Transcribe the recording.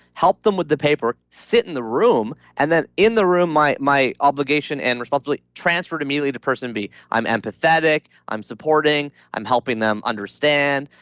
help them with the paper, sit in the room, and then in the room my my obligation and responsibly transferred immediately to person b. i'm empathetic. i'm supporting i'm helping them understand.